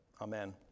amen